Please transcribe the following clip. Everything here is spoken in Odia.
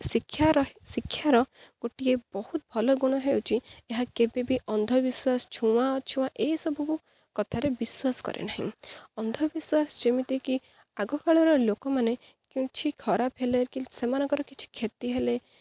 ଶିକ୍ଷାର ଶିକ୍ଷାର ଗୋଟିଏ ବହୁତ ଭଲ ଗୁଣ ହେଉଛି ଏହା କେବେ ବି ଅନ୍ଧବିଶ୍ୱାସ ଛୁଆଁ ଅଛୁଆଁ ଏଇସବୁକୁ କଥାରେ ବିଶ୍ୱାସ କରେ ନାହିଁ ଅନ୍ଧବିଶ୍ୱାସ ଯେମିତିକି ଆଗକାଳର ଲୋକମାନେ କିଛି ଖରାପ୍ ହେଲେ କି ସେମାନଙ୍କର କିଛି କ୍ଷତି ହେଲେ